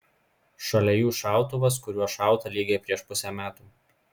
šalia jų šautuvas kuriuo šauta lygiai prieš pusę metų